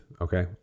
okay